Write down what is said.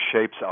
shapes